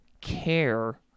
care